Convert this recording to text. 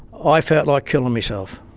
i felt like killing meself.